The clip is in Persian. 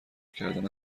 کردن